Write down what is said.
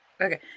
okay